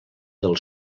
del